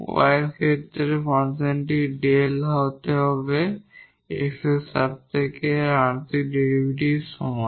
y এর ক্ষেত্রে এই ফাংশনের del হতে হবে x এর সাপেক্ষে এর আংশিক ডেরিভেটিভের সমান